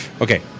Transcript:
Okay